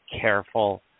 careful